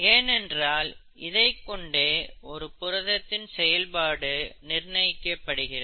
ஏனென்றால் இதைக் கொண்டே ஒரு புரதத்தின் செயல்பாடு நிர்ணயிக்கப்படுகிறது